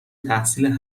تحصیل